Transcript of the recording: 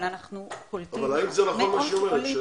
אבל אנחנו קולטים --- אבל האם זה נכון מה שהיא אומרת,